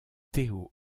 theo